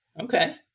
Okay